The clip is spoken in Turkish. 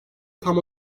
tam